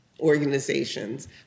organizations